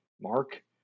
Mark